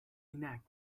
reenact